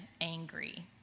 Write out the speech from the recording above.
angry